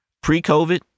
Pre-COVID